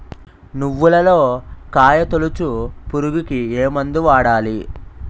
నువ్వులలో కాయ తోలుచు పురుగుకి ఏ మందు వాడాలి?